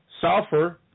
sulfur